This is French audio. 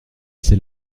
c’est